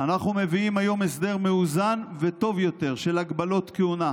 אנחנו מביאים היום הסדר מאוזן וטוב יותר של הגבלות כהונה,